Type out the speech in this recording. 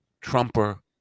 Trumper